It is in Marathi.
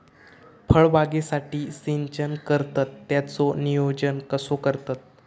फळबागेसाठी सिंचन करतत त्याचो नियोजन कसो करतत?